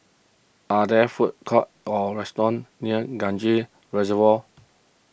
are there food courts or restaurants near Kranji Reservoir